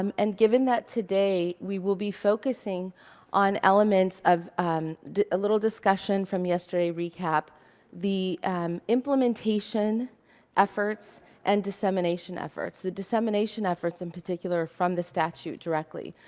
um and given that today we will be focusing on elements of a little discussion from yesterday, recap the implementation efforts and dissemination efforts the dissemination efforts in particular are from the staff-shoot directly.